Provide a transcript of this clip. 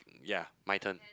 ya my turn